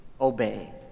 obey